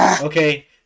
okay